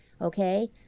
Okay